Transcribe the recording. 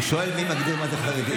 הוא שואל: מי מגדיר מיהו חרדי?